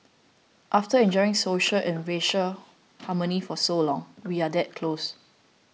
after enjoying social and racial harmony for so long we are that close